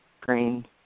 green